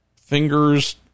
fingers